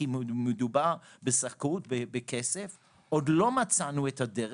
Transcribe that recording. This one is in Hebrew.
כי מדובר בזכאות בכסף עוד לא מצאנו את הדרך,